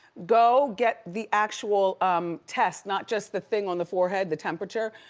go get the actual um test, not just the thing on the forehead, the temperature.